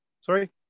Sorry